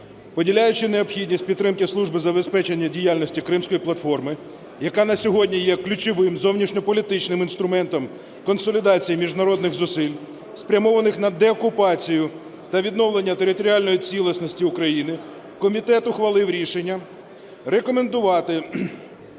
Поділяючи необхідність підтримки служби забезпечення діяльності Кримської платформи, яка на сьогодні є ключовим зовнішньополітичним інструментом консолідації міжнародних зусиль, спрямованих на деокупацію та відновлення територіальної цілісності України. Комітет ухвалив рішення рекомендувати